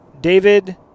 David